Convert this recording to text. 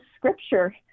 scripture